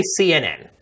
CNN